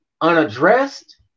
unaddressed